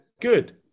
good